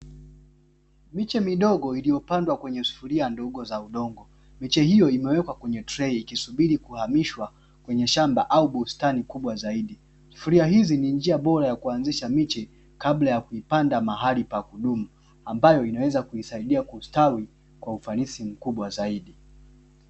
Miche midogo iliyopandwa kwenye sufuria ndogo za udongo. Miche hiyo imewekwa kwenye trei ikisubiri kuhamishwa kwenye shamba au bustani kubwa zaidi. Sufuria hizi ni njia bora ya kuanzisha miche, kabla ya kuipanda mahali pa kudumu ambayo inaweza kuisaidia kustawi kwa ufanisi zaidi.